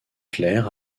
clair